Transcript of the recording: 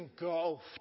engulfed